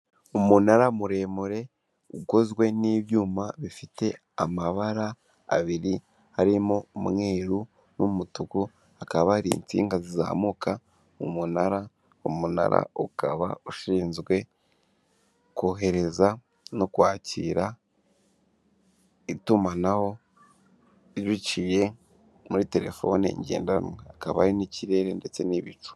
Umunara muremure, ikonzwe n'ibyuma bifite amabara abiri ,harimo umweru n'umutuku, akaba ari insinga zizamuka umunara ,umunara ukaba ushinzwe kohereza no kwakira, itumanaho, riciye muri telefoni ngendanwa akabari n'ikirere ndetse n'ibicu.